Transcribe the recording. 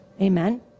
Amen